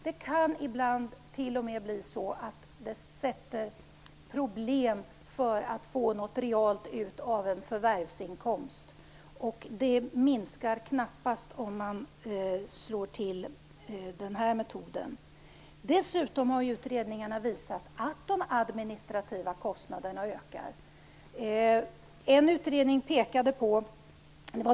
Ibland blir det t.o.m. problem när det gäller att realt få ut något av en förvärvsinkomst, och de minskar knappast när det gäller den här metoden. Dessutom har utredningarna visat att de administrativa kostnaderna ökar.